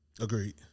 Agreed